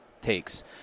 takes